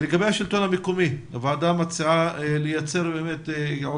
לגבי השלטון המקומי הוועדה מציעה לייצר מאגר